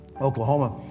Oklahoma